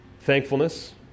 thankfulness